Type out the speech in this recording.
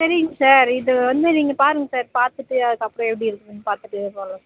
சரிங்க சார் இது வந்து நீங்கள் பாருங்க சார் பாத்துட்டு அதுக்கப்பறம் எப்டி இருக்குன்னு பார்த்துட்டு போடலாம் சார்